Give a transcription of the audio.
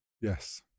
yes